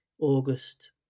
august